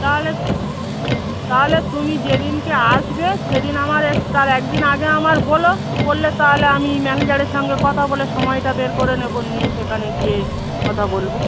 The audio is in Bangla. তাহলে তাহলে তুমি যেদিনকে আসবে সেদিন আমাকে তার এক দিন আগে আমার বলো বললে তাহলে আমি ম্যানেজারের সঙ্গে কতা বলে সময়টা বের করে নেবো নিয়ে সেখানে গিয়ে কথা বলবো